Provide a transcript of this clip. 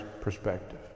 perspective